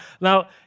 Now